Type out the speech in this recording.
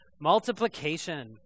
multiplication